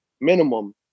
minimum